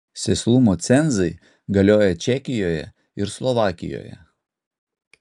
sėslumo cenzai galioja čekijoje ir slovakijoje